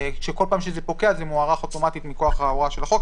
שבכל פעם שזה פוקע זה מוארך אוטומטית מכוח ההוראה של החוק.